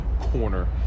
corner